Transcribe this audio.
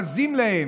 בזים להם,